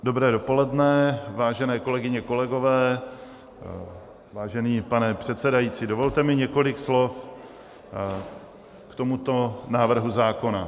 Dobré dopoledne, vážené kolegyně, kolegové, vážený pane předsedající, dovolte mi několik slov k tomuto návrhu zákona.